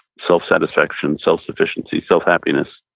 self-satisfaction, self-sufficiency, self-happiness,